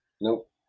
nope